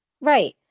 Right